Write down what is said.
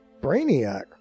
Brainiac